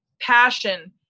passion